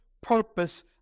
purpose